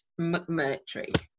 McMurtry